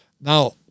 Now